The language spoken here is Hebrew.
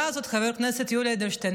חבר הכנסת יולי אדלשטיין,